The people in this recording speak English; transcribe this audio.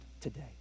today